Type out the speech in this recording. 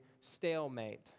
stalemate